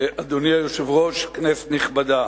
אדוני היושב-ראש, כנסת נכבדה,